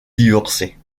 divorcer